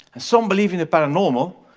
some believe in the paranormal.